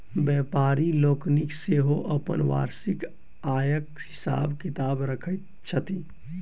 व्यापारि लोकनि सेहो अपन वार्षिक आयक हिसाब किताब रखैत छथि